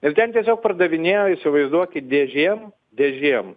ir ten tiesiog pardavinėjo įsivaizduokit dėžėm dėžėm